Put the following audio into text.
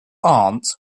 aunt